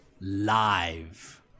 live